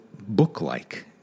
book-like